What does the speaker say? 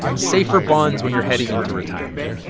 safer bonds when you're heading into retirement.